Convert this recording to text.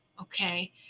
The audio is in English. Okay